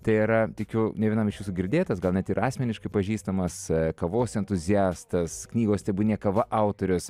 tai yra tikiu ne vienam iš jūsų girdėtas gal net ir asmeniškai pažįstamas kavos entuziastas knygos tebūnie kava autorius